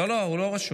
לא, הוא לא רשום.